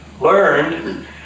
learned